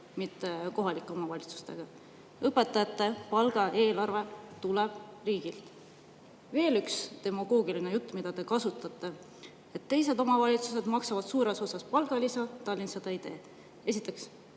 mitte kohalike omavalitsustega. Õpetajate palga eelarve tuleb riigilt. Veel üks demagoogiline jutt, mida te kasutate: teised omavalitsused maksavad suures osas palgalisa, aga Tallinn seda ei tee.